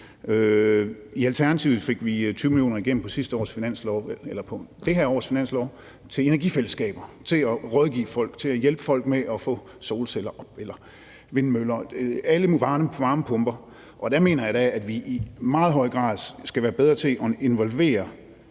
I Alternativet fik vi 20 mio. kr. igennem på dette års finanslov til energifællesskaber, til at rådgive folk, til at hjælpe folk med at få sat solceller, vindmøller eller varmepumper op. Og der mener jeg da, at vi i meget højere grad skal være bedre til at involvere